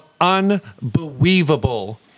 Unbelievable